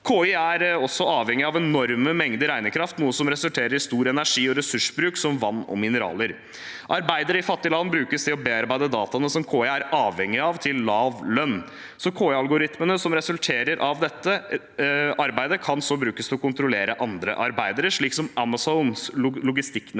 KI er avhengig av enorme mengder regnekraft, noe som resulterer i stor energi- og ressursbruk, som vann og mineraler. Arbeidere i fattige land brukes til å bearbeide dataene som KI er avhengig av, til lav lønn. KI-algoritmene som resulterer av dette arbeidet, kan så brukes til å kontrollere andre arbeidere, slik som i Amazons logistikknettverk